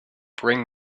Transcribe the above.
bring